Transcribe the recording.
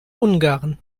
ungarn